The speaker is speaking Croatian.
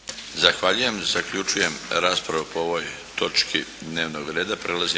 Zahvaljujem. Zaključujem raspravu po ovoj točki dnevnog reda.